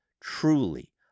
truly